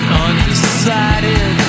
undecided